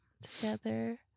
together